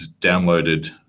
downloaded